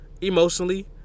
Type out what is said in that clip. emotionally